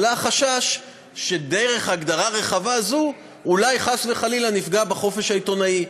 עלה החשש שדרך הגדרה רחבה זו אולי חס וחלילה נפגע בחופש העיתונאי,